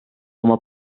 oma